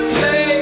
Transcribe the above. say